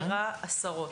אני מכירה עשרות,